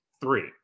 three